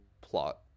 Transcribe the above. plot